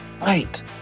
Right